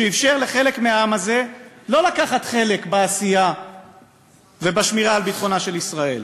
שאפשר לחלק מהעם הזה לא לקחת חלק בעשייה ובשמירה על ביטחונה של ישראל.